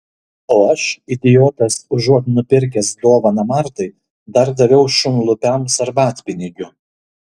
o aš idiotas užuot nupirkęs dovaną martai dar daviau šunlupiams arbatpinigių